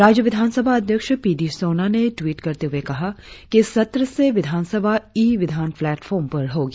राज्य विधानसभा अध्यक्ष पी डी सोना ने ट्वीट करते हुए कहा कि इस सत्र से विधानसभा ई विधान प्लेंटफार्म पर होगी